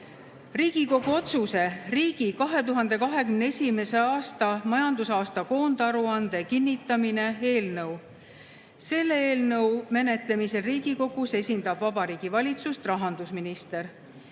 Riigikogu otsuse "Riigi 2021. aasta majandusaasta koondaruande kinnitamine" eelnõu. Selle eelnõu menetlemisel Riigikogus esindab Vabariigi Valitsust rahandusminister.